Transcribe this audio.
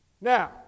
Now